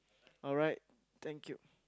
alright thank you